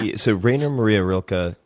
yeah so rainer maria roka,